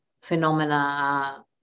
phenomena